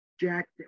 Jack